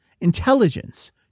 intelligence